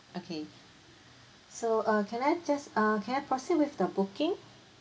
okay so uh can I just err can I proceed with the booking